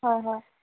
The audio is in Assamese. হয় হয়